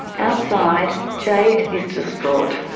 outside, jade is distraught.